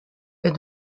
est